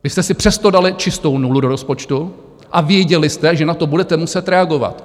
Vy jste si přesto dali čistou nulu do rozpočtu a věděli jste, že na to budete muset reagovat.